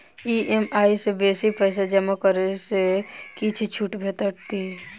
EMI सँ बेसी पैसा जमा करै सँ किछ छुट भेटत की?